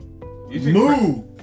Move